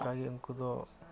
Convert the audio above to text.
ᱛᱚ ᱚᱱᱠᱟᱜᱮ ᱩᱱᱠᱚ ᱫᱚ